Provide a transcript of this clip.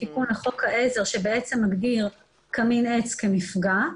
עבר תיקון לחוק העזר שמגדיר קמין עץ כמפגע,